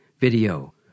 video